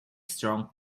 strong